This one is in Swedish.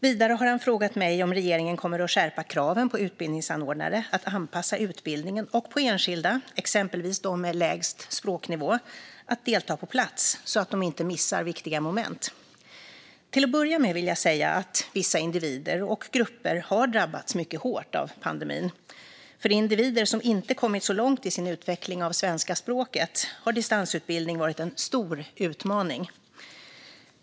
Vidare har han frågat mig om regeringen kommer att skärpa kraven på utbildningsanordnare att anpassa utbildningen och på enskilda, exempelvis dem med lägst språknivå, att delta på plats så att de inte missar viktiga moment. Till att börja med vill jag säga att vissa individer och grupper har drabbats mycket hårt av pandemin. För individer som inte kommit så långt i sin utveckling av svenska språket har distansutbildning varit en stor utmaning.